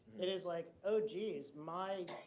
it is like, oh, geez my,